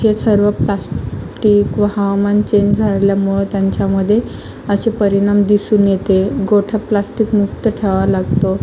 हे सर्व प्लास्टिक व हवामान चेंज झाल्यामुळं त्यांच्यामध्ये अशे परिणाम दिसून येते गोठा प्लास्टिक मुक्त ठेवावा लागतो